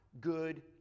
good